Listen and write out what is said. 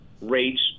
rates